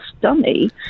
dummy